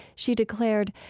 she declared,